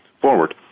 forward